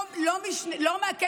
אני רואה חשבון, אני יודע.